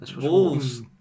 Wolves